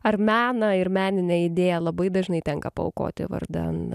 ar meną ir meninę idėją labai dažnai tenka paaukoti vardan